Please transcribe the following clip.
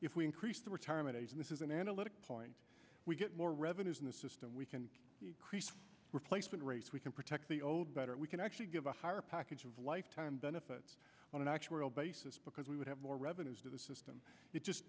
if we increase the retirement age and this is an analytic point we get more revenues in the system we can increase replacement rates we can protect the old better we can actually give a higher package of lifetime benefits on an actuarial basis because we would have more revenues to the system